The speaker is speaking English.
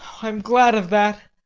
i'm glad of that.